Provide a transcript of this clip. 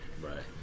Right